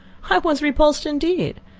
i was repulsed indeed!